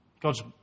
God's